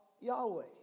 Yahweh